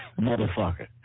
motherfucker